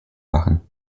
machen